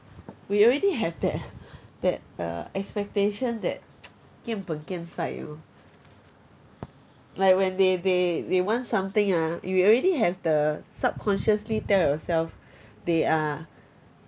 we already have that that uh expectation that gien peng gien sai you know like when they they they want something ah you already have the subconsciously tell yourself they are